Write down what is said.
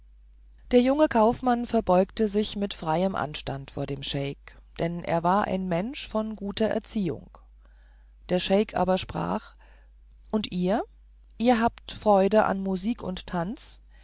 der junge kaufmann verbeugte sich mit freiem anstand vor dem scheik denn er war ein mensch von guter erziehung der scheik aber sprach und ihr ihr habt freude an musik und tanz